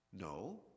No